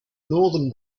northern